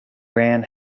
ran